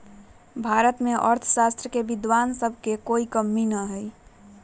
भारत में अर्थशास्त्र के विद्वान सब के कोई कमी न हई